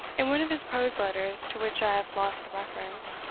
in one of his prose letters, to which i have lost the reference,